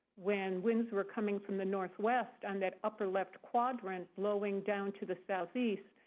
when winds were coming from the northwest, on that upper left quadrant, blowing down to the southeast,